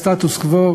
הסטטוס-קוו,